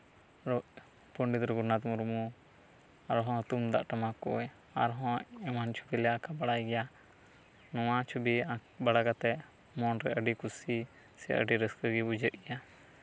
ᱯᱚᱸᱰᱤᱛ ᱨᱚᱜᱷᱩᱱᱟᱛᱷ ᱢᱩᱨᱢᱩ ᱟᱨᱦᱚᱸ ᱛᱩᱢᱫᱟᱜ ᱴᱟᱢᱟᱠ ᱠᱚᱭ ᱟᱨᱦᱚᱸᱭ ᱮᱢᱚᱱ ᱪᱷᱚᱵᱤ ᱞᱮ ᱟᱸᱠᱟ ᱵᱟᱲᱟᱭ ᱜᱮᱭᱟ ᱱᱚᱣᱟ ᱪᱷᱚᱵᱤ ᱟᱸᱠ ᱵᱟᱲᱟ ᱠᱟᱛᱮᱜ ᱢᱚᱱᱨᱮ ᱟᱹᱰᱤ ᱠᱩᱥᱤ ᱥᱮ ᱟᱹᱰᱤ ᱨᱟᱹᱥᱠᱟᱹᱜᱮ ᱵᱩᱡᱷᱟᱹᱜ ᱜᱮᱭᱟ